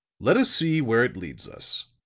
let us see where it leads us.